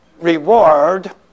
reward